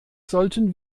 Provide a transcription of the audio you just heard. sollten